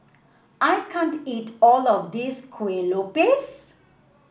I can't eat all of this Kuih Lopes